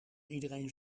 iedereen